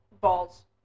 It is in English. Balls